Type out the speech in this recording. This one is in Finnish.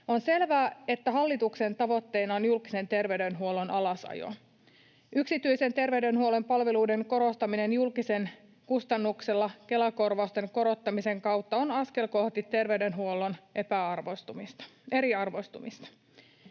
On selvää, että hallituksen tavoitteena on julkisen terveydenhuollon alasajo. Yksityisen terveydenhuollon palveluiden korostaminen julkisen kustannuksella Kela-korvausten korottamisen kautta on askel kohti terveydenhuollon eriarvoistumista.